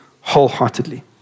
wholeheartedly